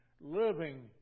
living